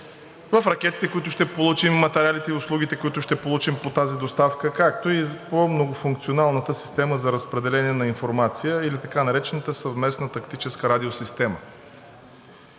в ракетите, които ще получим, материалите и услугите, които ще получим по тази доставка, както и по многофункционалната система за разпределение на информация, или така наречената съвместна тактическа радиосистема